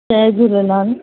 जय झूलेलालु